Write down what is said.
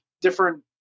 different